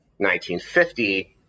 1950